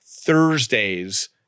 thursday's